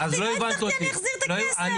לא הצלחתי אני אחזיר את הכסף.